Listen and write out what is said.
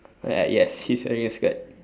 uh yes he's wearing a skirt